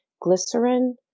glycerin